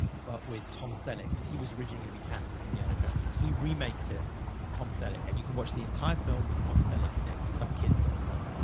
but with tom selleck, cause he was originally gonna be cast as indiana jones and he remakes it with tom selleck. and you can watch the entire film with tom selleck in there cause some kids gone and done it.